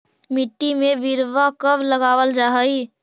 मिट्टी में बिरवा कब लगावल जा हई?